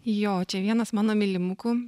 jo čia vienas mano mylimukų